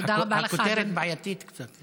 תודה לך, הכותרת בעייתית קצת.